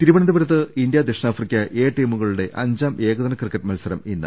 തിരുവനന്തപുരത്ത് ഇന്ത്യ ദക്ഷിണാഫ്രിക്ക എ ടീമുകളുടെ നാലാം ഏകദിന ക്രിക്കറ്റ് മത്സരം ഇന്ന്